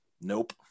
nope